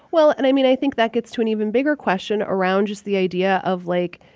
well and, i mean, i think that gets to an even bigger question around just the idea of, like,